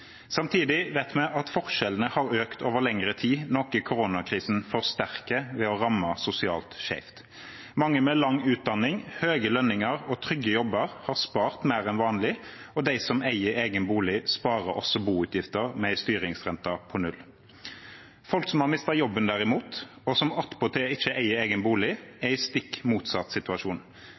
Samtidig vet vi at forskjellene har økt over lengre tid, noe koronakrisen forsterker ved å ramme sosialt skjevt. Mange med lang utdanning, høye lønninger og trygge jobber har spart mer enn vanlig, og de som eier egen bolig, sparer også boutgifter med en styringsrente på null. Folk som har mistet jobben, derimot, og som attpåtil ikke eier egen bolig, er i stikk motsatt situasjon.